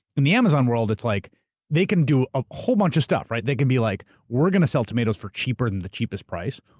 in the amazon world, it's like they can do a whole bunch of stuff, right. they can be like, we're going to sell tomatoes for cheaper than the cheapest price.